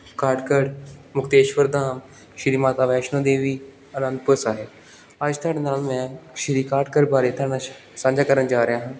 ਕਾਠਗੜ ਮੁਕਤੇਸ਼ਵਰ ਧਾਮ ਸ਼੍ਰੀ ਮਾਤਾ ਵੈਸ਼ਨੋ ਦੇਵੀ ਅਨੰਦਪੁਰ ਸਾਹਿਬ ਅੱਜ ਤੁਹਾਡੇ ਨਾਲ ਮੈਂ ਸ਼੍ਰੀ ਕਾਠਗੜ ਬਾਰੇ ਤਾਂ ਮੈਂ ਸਾਂਝਾ ਕਰਨ ਜਾ ਰਿਹਾ ਹਾਂ